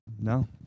No